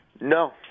No